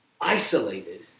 isolated